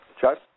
Chuck